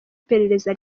iperereza